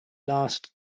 last